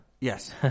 Yes